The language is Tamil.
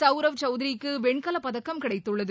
சவுரவ் சவுத்ரிக்கு வெண்கலப் பதக்கம் கிடைத்துள்ளது